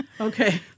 Okay